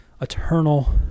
eternal